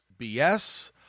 BS